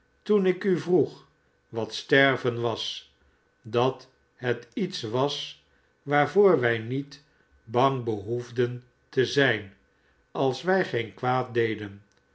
toen ik u vroeg wat sterven was dat het iets was waarvoor wij nie bang behoefden te zijn als wij geen kwaad deden